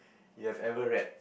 you have ever read